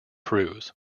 cruise